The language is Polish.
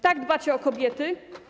Tak dbacie o kobiety?